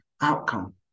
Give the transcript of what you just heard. outcome